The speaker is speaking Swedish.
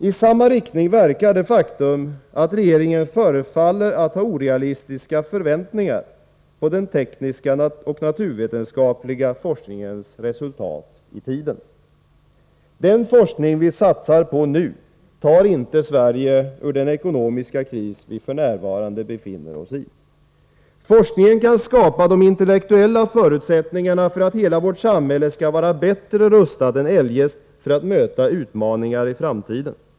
I samma riktning verkar det faktum att regeringen förefaller att ha orealistiska förväntningar på den tekniska och naturvetenskapliga forskningens resultat i tiden. Den forskning vi satsar på nu tar inte Sverige ur den ekonomiska kris vi f.n. befinner ossi. Forskningen kan skapa de intellektuella förutsättningarna för att hela vårt samhälle skall vara bättre rustat än eljest för att möta utmaningar i framtiden.